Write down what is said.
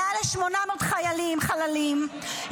מעל 800 חיילים חללים,